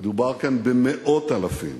מדובר כאן במאות אלפים.